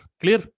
clear